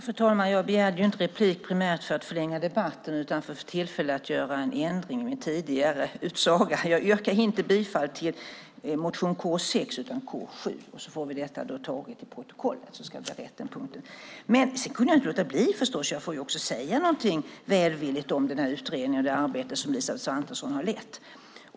Fru talman! Jag begärde inte replik primärt för att förlänga debatten utan för att få tillfälle att göra en ändring i min tidigare utsaga. Jag yrkar inte bifall till motion K6 utan K7, så får vi det taget till protokollet. Men jag kan förstås inte låta bli att säga något välvilligt om den här utredningen och det arbete som Elisabeth Svantesson har lett.